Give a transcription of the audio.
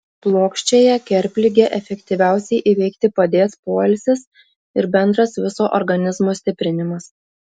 plokščiąją kerpligę efektyviausiai įveikti padės poilsis ir bendras viso organizmo stiprinimas